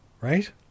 Right